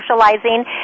Socializing